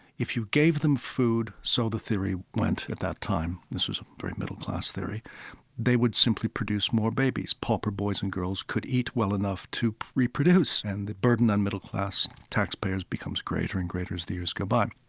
if you gave them food, so the theory went at that time this was very middle-class theory they would simply produce more babies. pauper boys and girls could eat well enough to reproduce, and the burden on middle-class taxpayers becomes greater and greater as the years go by.